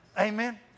Amen